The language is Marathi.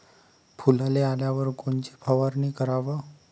फुलाले आल्यावर कोनची फवारनी कराव?